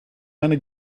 meine